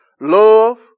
Love